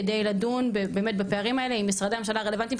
כדי לדון בפערים האלה עם משרדי הממשלה הרלוונטיים,